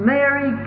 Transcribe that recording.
Mary